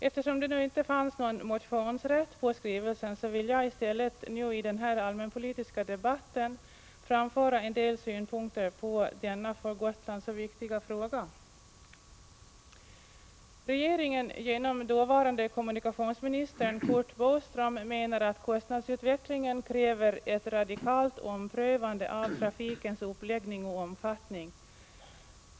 Eftersom det inte fanns någon motionsrätt på skrivelsen vill jag i stället i den här allmänpolitiska debatten framföra en del synpunkter på denna för Gotland så viktiga fråga. Regeringen, genom dåvarande kommunikationsminister Curt Boström, menade att kostnadsutvecklingen kräver ett radikalt omprövande av trafikens uppläggning och omfattning.